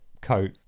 coat